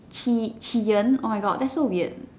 Chee Cheeon oh my God that's so weird